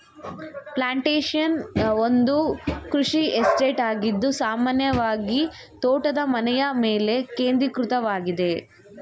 plantation ಒಂದು ಕೃಷಿ estate ಆಗಿದ್ದು ಸಾಮಾನ್ಯವಾಗಿತೋಟದ ಮನೆಯಮೇಲೆ ಕೇಂದ್ರೀಕೃತವಾಗಿದೆ